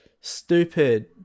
stupid